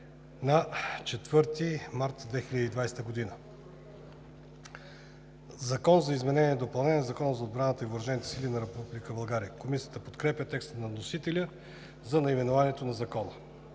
на 4 март 2020 г. „Закон за изменение и допълнение на Закона за отбраната и въоръжените сили на Република България“.“ Комисията подкрепя текста на вносителя за наименованието на закона.